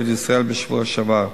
"רכבת ישראל" בשבוע שעבר.